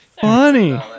funny